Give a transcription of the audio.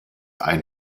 ein